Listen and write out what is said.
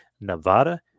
Nevada